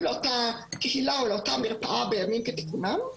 לאותה קהילה או לאותה מרפאה בימים כתיקונם.